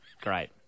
Great